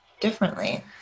differently